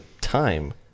time